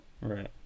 Right